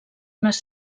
unes